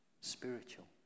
spiritual